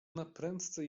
naprędce